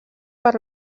per